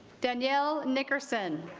danielle nickerson